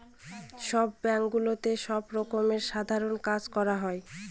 সব ব্যাঙ্কগুলোতে সব রকমের সাধারণ কাজ করা হয়